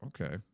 Okay